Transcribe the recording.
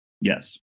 Yes